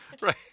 right